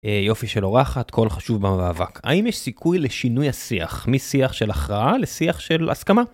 יופי של אורחת כל חשוב במאבק. האם יש סיכוי לשינוי השיח, משיח של הכרעה לשיח של הסכמה?